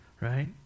right